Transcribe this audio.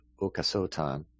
Okasotan